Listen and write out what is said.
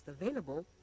available